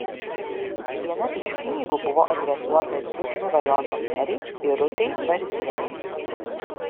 viena iš knygų buvo adresuota ir biržų rajono merei irutei varzienei